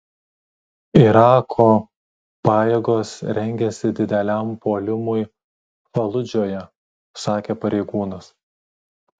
irako pajėgos rengiasi dideliam puolimui faludžoje sakė pareigūnas